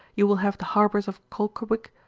you will have the harbours of kolkawick,